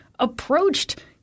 approached